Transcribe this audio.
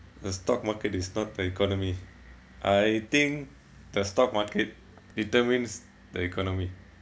the stock market is not the economy I think the stock market determines the economy